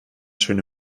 schöne